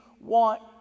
want